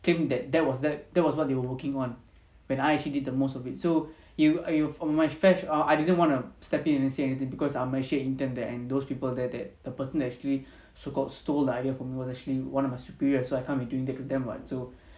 claim that that was that that was what they were working on when I actually did the most of it so you err I didn't want to step in and say anything because I'm actually a intern there and those people there that the person actually so called stole the idea for me was actually one of my superior so I can't be doing that with them [what] so